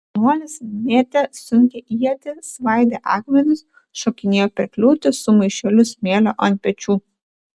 jaunuolis mėtė sunkią ietį svaidė akmenis šokinėjo per kliūtis su maišeliu smėlio ant pečių